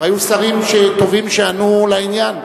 היו שרים טובים שענו לעניין.